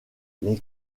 les